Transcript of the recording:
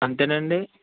అంతేనండి